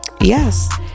yes